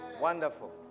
Wonderful